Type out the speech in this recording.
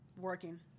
Working